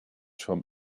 from